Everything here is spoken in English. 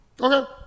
Okay